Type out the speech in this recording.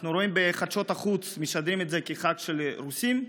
אנחנו רואים שבחדשות החוץ משדרים את זה כחג של רוסים,